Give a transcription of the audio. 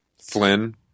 Flynn –